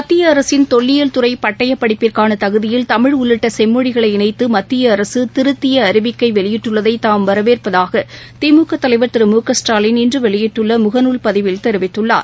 மத்திய அரசின் தொல்லியல் துறை பட்டயப் படிப்பிற்கான தகுதியில் தமிழ் உள்ளிட்ட செம்மொழிகளை இணைத்து மத்திய அரசு திருத்திய அறிவிக்கை வெளியிட்டுள்ளதை தாம் வரவேற்பதாக திமுக தலைவர் திரு மு க ஸ்டாலின் இன்று வெளியிட்டுள்ள முகநால் பதிவில் தெரிவித்துள்ளார்